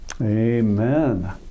amen